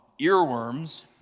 earworms